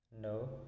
No